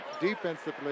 defensively